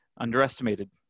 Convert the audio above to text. underestimated